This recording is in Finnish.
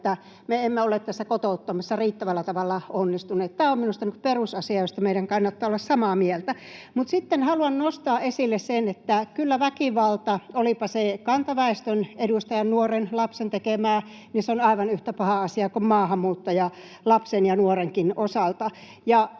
me emme ole tässä kotouttamisessa riittävällä tavalla onnistuneet. Tämä on minusta perusasia, josta meidän kannattaa olla samaa mieltä. Sitten haluan nostaa esille sen, että kyllä väkivalta, olipa se kantaväestön edustajan, nuoren, lapsen, tekemää, on aivan yhtä paha asia kuin maahanmuuttajalapsen ja ‑nuorenkin osalta.